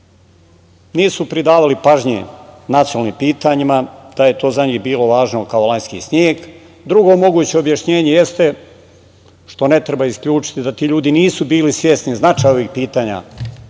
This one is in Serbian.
nisu pridavali pažnje nacionalnim pitanjima, da je to za njih bilo važno kao lanjski sneg. Drugo moguće objašnjenje jeste, što ne treba isključiti, da ti ljudi nisu bili svesni značaja ovih pitanja